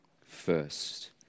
first